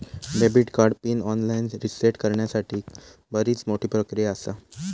debit card pin online reset करण्यासाठीक बरीच मोठी प्रक्रिया आसा